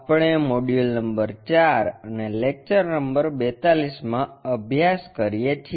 આપણે module number 4 અને lecture number 42 મા અભ્યાસ કરીએ છીએ